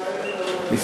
למה.